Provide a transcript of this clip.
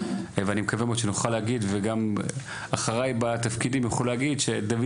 ואני מקווה מאוד שבעלי התפקידים יוכלו להגיד שדוד